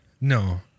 No